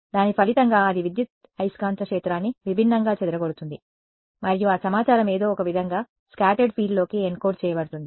దాని ఫలితంగా అది విద్యుదయస్కాంత క్షేత్రాన్ని విభిన్నంగా చెదరగొడుతుంది మరియు ఆ సమాచారం ఏదో ఒకవిధంగా స్కాటర్డ్ ఫీల్డ్లోకి ఎన్కోడ్ చేయబడుతుంది